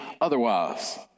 otherwise